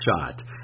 shot